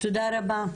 תודה רבה,